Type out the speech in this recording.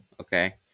okay